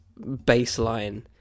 baseline